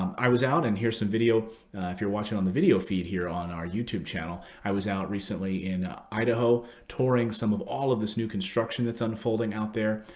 i was out and here's some video if you're watching on the video feed here on our youtube channel. i was out recently in idaho, touring some of all of this new construction that's unfolding out there.